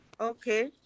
Okay